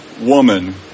woman